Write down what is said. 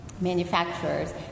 manufacturers